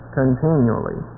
continually